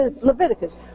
Leviticus